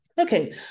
Okay